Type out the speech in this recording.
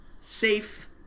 Safe